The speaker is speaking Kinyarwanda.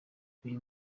uyu